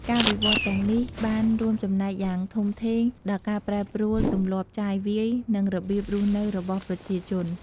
ការវិវត្តន៍ទាំងនេះបានរួមចំណែកយ៉ាងធំធេងដល់ការប្រែប្រួលទម្លាប់ចាយវាយ និងរបៀបរស់នៅរបស់ប្រជាជន។